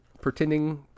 pretending